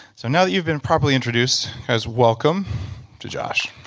so now that you've been properly introduced guys, welcome to josh